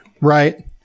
right